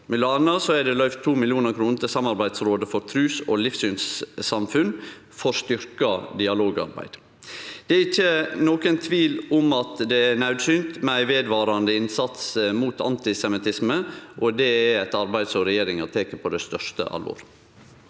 anna er det løyvd 2 mill. kr til samarbeidsrådet for trus- og livssynssamfunn for styrkt dialogarbeid. Det er ingen tvil om at det er naudsynt med ein vedvarande innsats mot antisemittisme. Det er eit arbeid som regjeringa tek på største alvor.